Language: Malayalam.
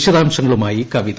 വിശദാംശങ്ങളുമായി കവിത